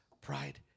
pride